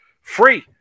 free